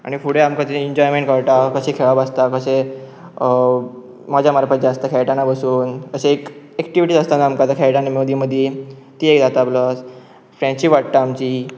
आनी फुडें आमकां तं एन्जॉयमेंट कळटा कशें खेळप आसता कशे मजा मारपाची आसता खेळटाना बसून अशे एक एक्टिविटीज आसताना आमकां खेळटाना मदी मदीं ती एक जाता प्लस फ्रेंड्शीप वाडटा आमची